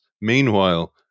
Meanwhile